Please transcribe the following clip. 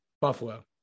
Buffalo